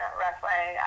wrestling